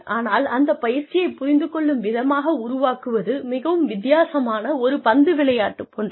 ஆனால் அந்த பயிற்சியை புரிந்து கொள்ளும் விதமாக உருவாக்குவது மிகவும் வித்தியாசமான ஒரு பந்து விளையாட்டு போன்றது